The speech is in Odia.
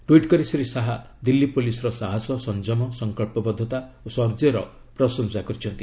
ଟ୍ୱିଟ୍ କରି ଶ୍ରୀ ଶାହା ଦିଲ୍ଲୀ ପୋଲିସ୍ର ସାହସ ସଂଯମ ସଂକଳ୍ପବଦ୍ଧତା ଓ ଶୌର୍ଯ୍ୟର ପ୍ରଶଂସା କରିଛନ୍ତି